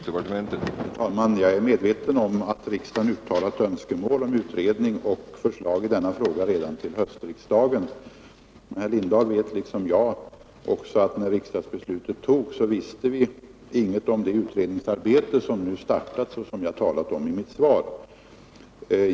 Herr talman! Jag är medveten om att riksdagen uttalat önskemål om utredning och förslag i denna fråga redan till höstriksdagen, men herr Lindahl i Hamburgsund vet liksom jag att vi när riksdagsbeslutet fattades inte visste någonting om det utredningsarbete som nu startats och som jag talat om i mitt svar.